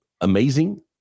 amazing